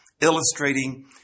illustrating